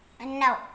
No